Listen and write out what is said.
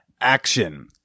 ACTION